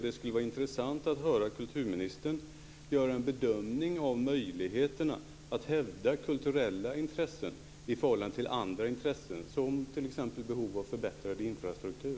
Det skulle vara intressant att höra kulturministern göra en bedömning av möjligheterna att hävda kulturella intressen i förhållande till andra intressen, som t.ex. behov av förbättrad infrastruktur.